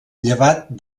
llevat